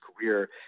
career